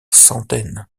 centaines